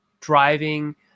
driving